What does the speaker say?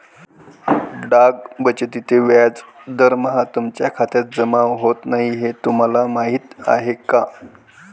डाक बचतीचे व्याज दरमहा तुमच्या खात्यात जमा होत नाही हे तुम्हाला माहीत आहे का?